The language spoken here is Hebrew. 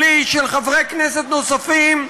שלי ושל חברי כנסת נוספים,